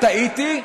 וטעיתי,